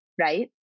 right